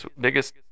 biggest